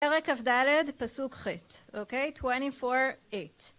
פרק כ"ד, פסוק ח', אוקיי? 24-8.